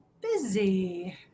busy